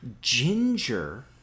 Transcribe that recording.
ginger